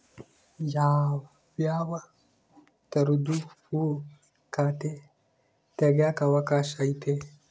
ಯಾವ್ಯಾವ ತರದುವು ಖಾತೆ ತೆಗೆಕ ಅವಕಾಶ ಐತೆ?